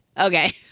Okay